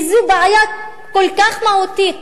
כי זו בעיה כל כך מהותית